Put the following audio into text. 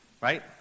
Right